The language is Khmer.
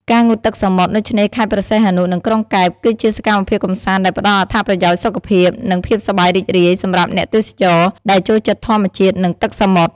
ការងូតទឹកសមុទ្រ នៅឆ្នេរខេត្តព្រះសីហនុ និងក្រុងកែប គឺជាសកម្មភាពកម្សាន្តដែលផ្តល់អត្ថប្រយោជន៍សុខភាព និងភាពសប្បាយរីករាយ សម្រាប់អ្នកទេសចរ ដែលចូលចិត្តធម្មជាតិ និងទឹកសមុទ្រ។